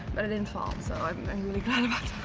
but didn't fall, so i'm and really kind of